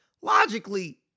Logically